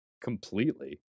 completely